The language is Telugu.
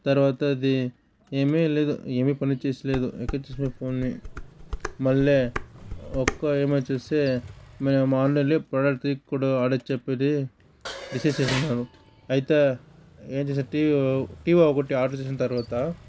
తర్వాత అది ఏమీ లేదు ఏమి పనిచేస్తలేదు ఇంకొచ్చేసి ఫోన్ని మల్లె ఒక్క ఏమా చూస్తే మేము ఆన్లైన్లో ప్రోడక్ట్ ది కూడా ఆర్డర్ చెప్పిది డిసైడ్ చేసీనారు అయితే ఏం చేసే టీవీ ఓ టీవీ ఒకటి ఆర్డర్ చేసిన తర్వాత